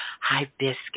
hibiscus